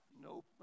Nope